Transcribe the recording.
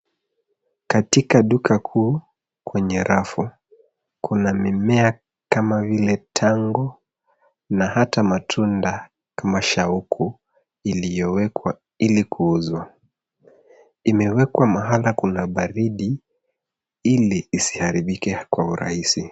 Kaitka duka kuu kwenye rafu, kuna mimea kama vile tango na hata matunda kama shauku iliyowekwa ili kuuzwa. Imewekwa mahala kuna baridi ili isiharibike kwa urahisi.